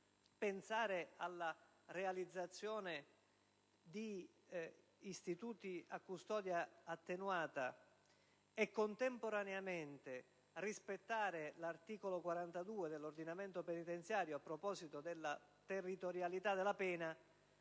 pensare alla realizzazione di istituti a custodia attenuata e contemporaneamente rispettare l'articolo 42 dell'ordinamento penitenziario a proposito della territorialità della pena